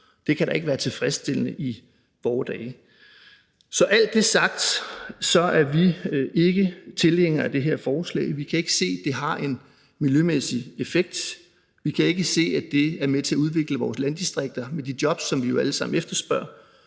Det kan da ikke være tilfredsstillende i vore dage. Så med alt det sagt er vi ikke tilhængere af det her forslag. Vi kan ikke se, at det har en miljømæssig effekt. Vi kan ikke se, at det er med til at udvikle vores landdistrikter med de jobs, som vi jo alle sammen efterspørger.